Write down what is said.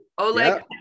Oleg